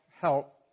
help